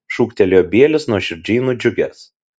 šūktelėjo bielis nuoširdžiai nudžiugęs